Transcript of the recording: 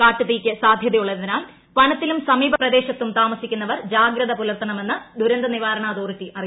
കാട്ടുതീയ്ക്ക് സാധ്യതയുള്ളതിനാൽ വനത്തിലും സമീപപ്രദേശത്തും താമസിക്കുന്നവർ ജാഗ്രത പുലർത്തണമെന്ന് ദുരന്ത നിവാരണ അതോറിറ്റി അറിയിച്ചു